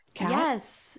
yes